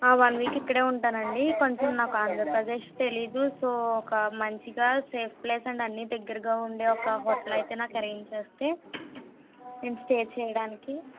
one week ఇక్కడే ఉంటాను అండి కొంచెం నాకు ఆంధ్రప్రదేశ్ తెలియదు సో ఒక మంచిగా సేఫ్ ప్లేస్ అండ్ అన్నీ దగ్గరగా ఉండే ఒక హోటల్ అయితే నాకు ఆరెంజ్ చేస్తే నేను స్టే చేయడానికి